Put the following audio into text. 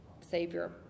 Savior